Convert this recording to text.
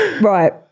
right